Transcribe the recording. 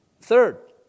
Third